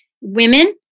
women